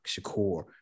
Shakur